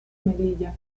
melilla